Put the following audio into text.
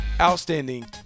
outstanding